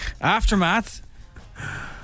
aftermath